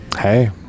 Hey